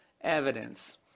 evidence